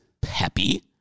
Peppy